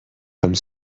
comme